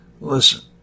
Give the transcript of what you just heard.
Listen